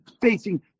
facing